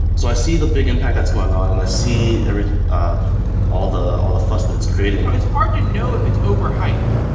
so i see the big impact that's going on and i see ah all the all the fuzz that it's creating. it's hard to know if it's overhyped.